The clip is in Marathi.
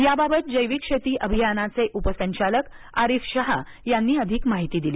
याबाबत जैविक शेती अभियानाचे उपसंचालक अरिफ शहा यांनी अधिक माहिती दिली